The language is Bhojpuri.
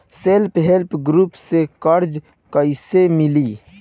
सेल्फ हेल्प ग्रुप से कर्जा कईसे मिली?